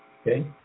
Okay